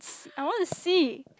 I wanna see